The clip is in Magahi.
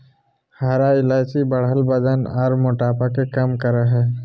हरा इलायची बढ़ल वजन आर मोटापा के कम करई हई